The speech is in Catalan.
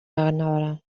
anara